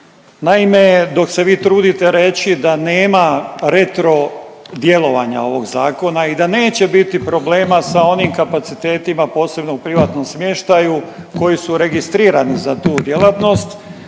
Naime, dok se vi trudite reći da nema retro djelovanja ovog zakona i da neće biti problema sa onim kapacitetima posebno u privatnom smještaju koji su registrirani za tu djelatnost,